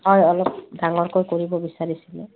হয় অলপ ডাঙৰকৈ কৰিব বিচাৰিছিলোঁ